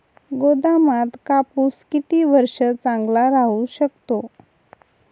गोदामात कापूस किती वर्ष चांगला राहू शकतो?